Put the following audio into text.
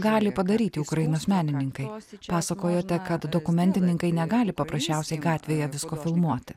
gali padaryti ukrainos menininkai jos pasakojote kad dokumentininkai negali paprasčiausiai gatvėje visko filmuoti